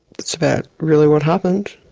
that's about really what happened.